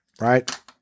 Right